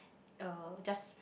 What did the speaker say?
uh just